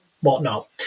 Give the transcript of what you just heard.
whatnot